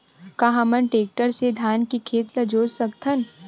का हमन टेक्टर से धान के खेत ल जोत सकथन?